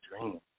dream